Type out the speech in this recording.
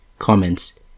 Comments